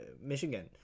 Michigan